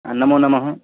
नमो नमः